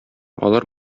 алар